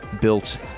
Built